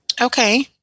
Okay